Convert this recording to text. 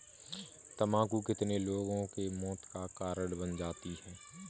तम्बाकू कितने लोगों के मौत का कारण बन जाती है